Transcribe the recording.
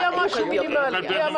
היה משהו מינימלי.